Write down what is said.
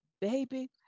baby